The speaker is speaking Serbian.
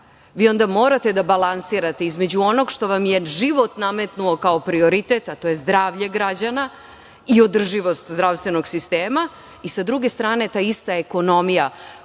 vi onda morate da balansirate između onog što vam je život nametnuo kao prioritet, a to je zdravlje građana i održivost zdravstvenog sistema i sa druge strane ta ista ekonomija